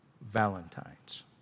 Valentines